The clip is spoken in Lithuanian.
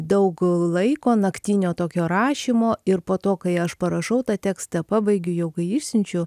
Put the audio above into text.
daug laiko naktinio tokio rašymo ir po to kai aš parašau tą tekstą pabaigiu jau kai išsiunčiu